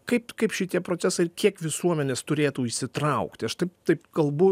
kaip kaip šitie procesai ir kiek visuomenės turėtų įsitraukti aš taip taip kalbu